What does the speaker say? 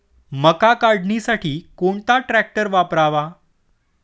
मका काढणीसाठी कोणता ट्रॅक्टर वापरावा?